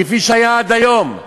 כפי שהיה עד היום.